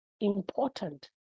important